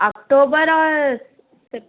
October or సెప్